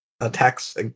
Attacks